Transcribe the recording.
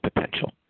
potential